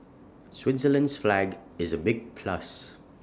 Switzerland's flag is A big plus